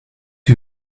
que